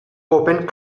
open